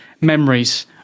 memories